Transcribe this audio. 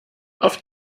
auf